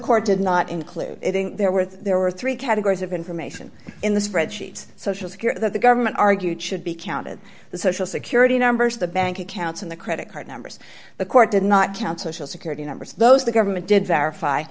court did not include there were there were three categories of information in the spreadsheet social security that the government argued should be counted the social security numbers the bank accounts in the credit card numbers the court did not count social security numbers those the government did verify